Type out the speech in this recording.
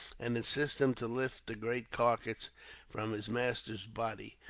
and assist him to lift the great carcass from his master's body.